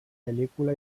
pel·lícula